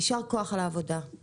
יישר כוח על העבודה.